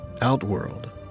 Outworld